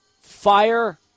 fire